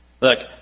Look